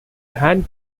hand